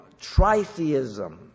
tritheism